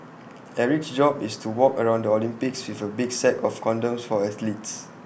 Eric's job is to walk around Olympics with A big sack of condoms for athletes